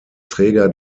träger